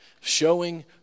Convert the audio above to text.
Showing